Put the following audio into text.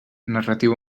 narratiu